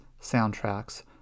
soundtracks